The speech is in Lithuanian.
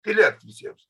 tylėt visiems